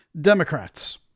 Democrats